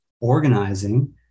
organizing